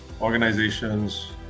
organizations